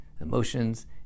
emotions